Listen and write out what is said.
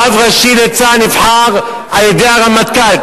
רב ראשי לצה"ל נבחר על-ידי הרמטכ"ל.